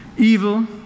Evil